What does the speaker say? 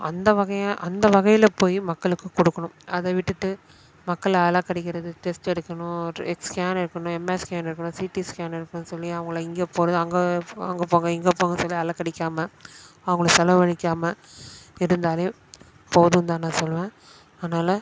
அந்த வகையா அந்த வகையில் போய் மக்களுக்கு கொடுக்கணும் அதை விட்டுட்டு மக்களை அலக்கடிக்கறது டெஸ்ட் எடுக்கணும் எக்ஸ் ஸ்கேன் எடுக்கணும் எம்ஆர்ஐ ஸ்கேன் எடுக்கணும் சிடி ஸ்கேன் எடுக்கணும்னு சொல்லி அவங்கள இங்கே போகிறது அங்கே அங்கே போங்க இங்கே போங்கன்னு சொல்லி அலக்கடிக்காம அவங்களுக்கு செலவழிக்காமல் இருந்தாலே போதுந்தான் நான் சொல்லுவேன் அதனால்